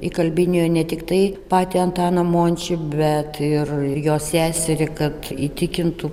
įkalbinėjo ne tiktai patį antaną mončį bet ir jo seserį kad įtikintų